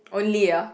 only ah